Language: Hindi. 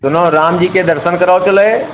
सुनो राम जी के दर्शन कराओ चलै